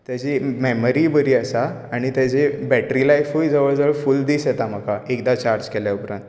तेची मॅमरी बरी आसा आनी ताजे बॅट्री लायफूय जवळ जवळ फूल दीस येता म्हाका एकदां चार्ज केल्या उपरांत